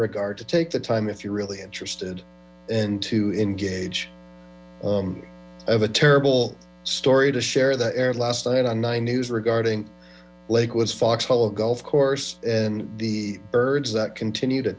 regard to take the time if you're really interested and to engage i have a terrible story to share that aired last night on nine news regarding lakewood fox hollow golf course and the birds that continue to